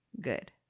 good